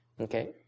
okay